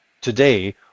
today